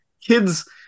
kids